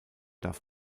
darf